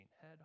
head